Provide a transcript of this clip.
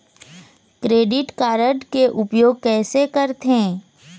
Credit card के उपयोग कैसे करथे?